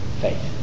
faith